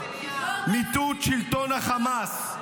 -- המבטא הכרעה צבאית בכל הגזרות ------- מיטוט שלטון החמאס.